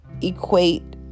equate